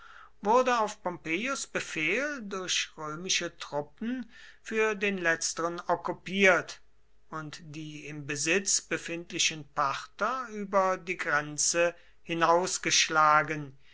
wurde auf pompeius befehl durch römische truppen für den letzteren okkupiert und die im besitz befindlichen parther über die grenze